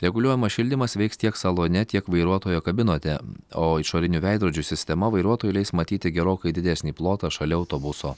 reguliuojamas šildymas veiks tiek salone tiek vairuotojo kabinote o išorinių veidrodžių sistema vairuotojui leis matyti gerokai didesnį plotą šalia autobuso